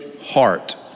heart